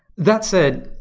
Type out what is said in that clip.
that's said,